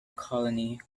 colony